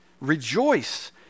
Rejoice